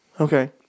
Okay